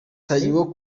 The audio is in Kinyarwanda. taio